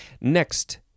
Next